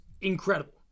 incredible